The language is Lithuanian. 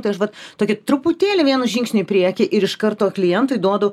tai aš vat tokiu truputėlį vienu žingsniu į priekį ir iš karto klientui duodu